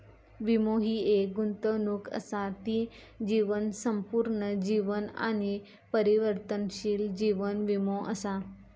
वीमो हि एक गुंतवणूक असा ती जीवन, संपूर्ण जीवन आणि परिवर्तनशील जीवन वीमो असा